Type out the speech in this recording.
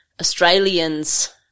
Australians